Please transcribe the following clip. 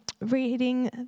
reading